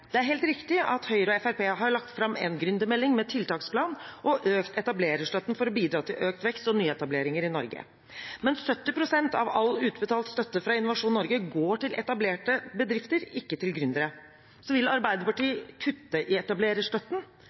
Det er helt riktig at Høyre og Fremskrittspartiet har lagt fram en gründermelding med tiltaksplan og økt etablererstøtten for å bidra til økt vekst og nyetableringer i Norge, men 70 pst. av all utbetalt støtte fra Innovasjon Norge går til etablerte bedrifter, ikke til gründere. Arbeiderpartiet vil kutte i etablererstøtten.